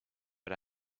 but